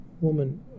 woman